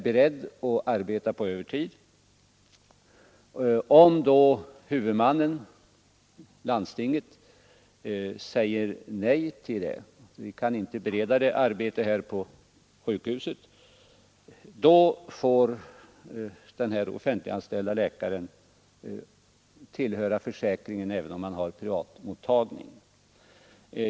m, beredd att arbeta på övertid. Om då huvudmannen, landstinget, säger att ”vi kan inte bereda dig arbete här på sjukhuset” får den här offentliganställde läkaren tillhöra försäkringen även när han har privatmottagning.